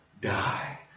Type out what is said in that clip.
die